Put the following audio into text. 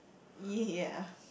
ya